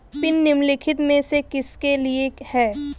Pin निम्नलिखित में से किसके लिए है?